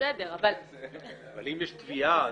אבל אם יש תביעה